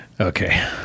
Okay